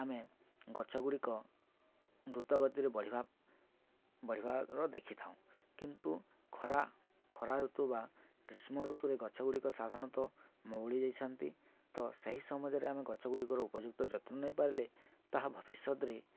ଆମେ ଗଛ ଗୁଡ଼ିକ ଦ୍ରୁତଗତିରେ ବଢ଼ିବା ବଢ଼ିବାର ଦେଖିଥାଉଁ କିନ୍ତୁ ଖରା ଖରା ଋତୁ ବା ଗ୍ରୀଷ୍ମ ଋତୁରେ ଗଛ ଗୁଡ଼ିକ ସାଧାରଣତଃ ମୌଳି ଯାଇଛନ୍ତି ତ ସେହି ସମୟରେ ଆମେ ଗଛ ଗୁଡ଼ିକର ଉପଯୁକ୍ତ ଯତ୍ନ ନେଇପାରିଲେ ତାହା ଭବିଷ୍ୟତରେ